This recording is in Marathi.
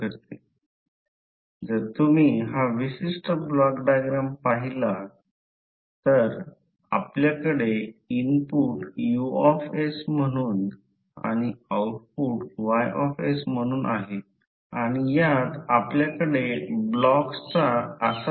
आता समजा इथे आता H ला मॅग्नेटिक फिल्ड इन्टेन्सिटी किंवा मॅग्नेटिक फोर्स म्हणतात आणि प्रथम मी तुम्हाला सांगतो हा एक वर्तुळाकार कंडक्टर आहे